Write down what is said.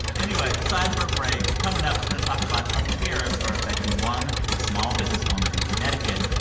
anyway, it's time for a break. coming up, we're going to talk about how tariffs are affecting one small business owner in connecticut.